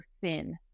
thin